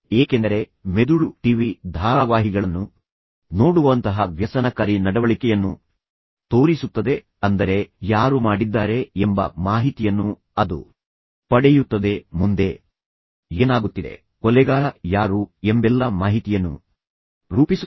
ಏಕೆಂದರೆ ಮೆದುಳು ಟಿವಿ ಧಾರಾವಾಹಿಗಳನ್ನು ನೋಡುವಂತಹ ವ್ಯಸನಕಾರಿ ನಡವಳಿಕೆಯನ್ನು ತೋರಿಸುತ್ತದೆ ಅಂದರೆ ಯಾರು ಮಾಡಿದ್ದಾರೆ ಎಂಬ ಮಾಹಿತಿಯನ್ನು ಅದು ಪಡೆಯುತ್ತದೆ ಮುಂದೆ ಏನಾಗುತ್ತಿದೆ ಕೊಲೆಗಾರ ಯಾರು ಎಂಬೆಲ್ಲ ಮಾಹಿತಿಯನ್ನು ರೂಪಿಸುತ್ತದೆ